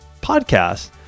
podcast